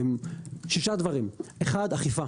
שישה דברים: אחד אכיפה